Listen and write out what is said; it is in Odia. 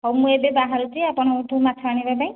ହଉ ମୁଁ ଏବେ ବାହାରୁଛି ଆପଣଙ୍କଠୁ ମାଛ ଆଣିବା ପାଇଁ